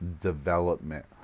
development